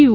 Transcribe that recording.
you